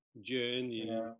journey